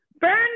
Burn